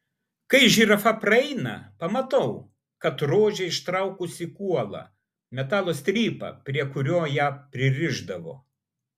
kai žirafa praeina pamatau kad rožė ištraukusi kuolą metalo strypą prie kurio ją pririšdavo